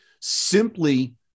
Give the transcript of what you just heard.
simply